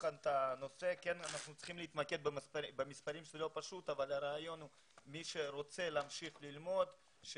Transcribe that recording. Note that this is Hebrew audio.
הנושא היום הוא הארכת משך הזכאות ללימודים